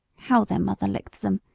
how their mother licked them,